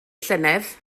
llynedd